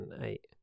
eight